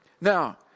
Now